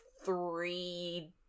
three